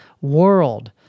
world